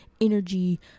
energy